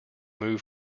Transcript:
move